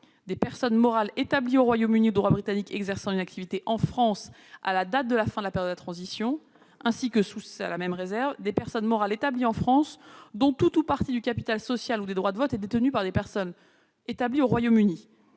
des personnes morales établies au Royaume-Uni ou de droit britannique exerçant une activité en France à la date de la fin de la période de transition, ainsi que, sous la même réserve, des personnes morales établies en France, dont tout ou partie du capital social ou des droits de vote est détenu par des personnes établies au Royaume-Uni.